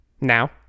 now